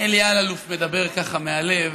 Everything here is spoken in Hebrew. אלי אלאלוף מדבר, ככה, מהלב,